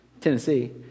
Tennessee